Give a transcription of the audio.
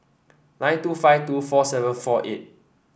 nine two five two four seven four eight